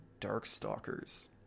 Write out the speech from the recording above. Darkstalkers